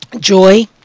joy